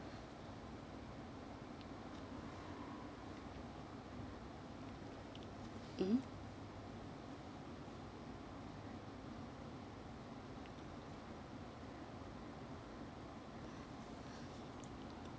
mm